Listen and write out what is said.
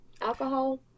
alcohol